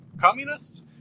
Communists